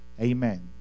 Amen